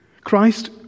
Christ